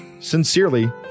Sincerely